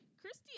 Christy